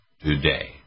today